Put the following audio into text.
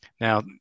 Now